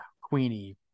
Queenie